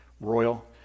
royal